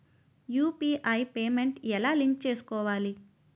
UPI payment ఎలా link చేసుకోవాలి?